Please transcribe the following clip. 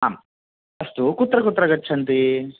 आम् अस्तु कुत्र कुत्र गच्छन्ति